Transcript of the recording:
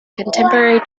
contemporary